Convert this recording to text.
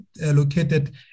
located